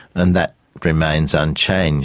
and that remains unchanged